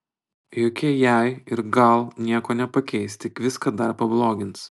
jokie jei ir gal nieko nepakeis tik viską dar pablogins